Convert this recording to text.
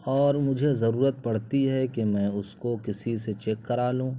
اور مجھے ضرورت پڑتی ہے کہ میں اس کو کسی سے چیک کرا لوں